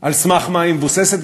על מה היא מבוססת,